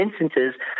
instances